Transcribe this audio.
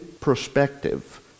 perspective